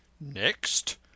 Next